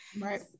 Right